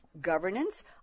governance